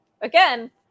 again